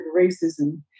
racism